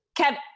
Kevin